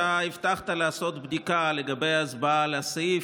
אתה הבטחת לעשות בדיקה לגבי ההצבעה לסעיף,